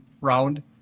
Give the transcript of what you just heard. round